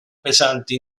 pesanti